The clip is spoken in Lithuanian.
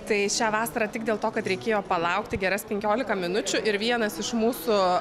tai šią vasarą tik dėl to kad reikėjo palaukti geras penkiolika minučių ir vienas iš mūsų